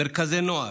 מרכזי נוער,